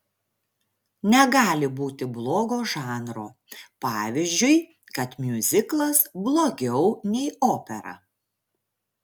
negali būti blogo žanro pavyzdžiui kad miuziklas blogiau nei opera